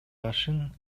башын